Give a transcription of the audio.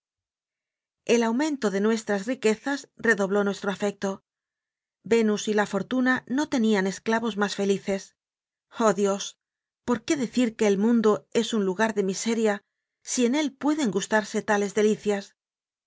el aumento de nuestras riquezas redobló nuestro afecto venus y la fortuna no tenían es clavos más felices oh dios por qué decir que el mundo es un lugar de miseria si en él pueden gustarse tales delicias